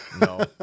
no